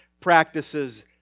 practices